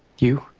you